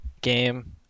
game